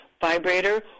vibrator